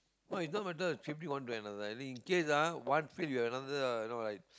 no it doesn't matter switching from one to another in case ah one fit with another you know like